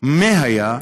מה היה?